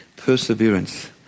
perseverance